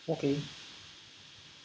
okay